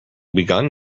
begun